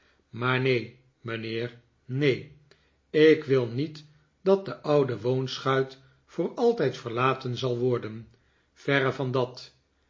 maar neen mijnheer neen ik wil niet dat de oude woonschuit voor altijd verlaten zal worden verre van dat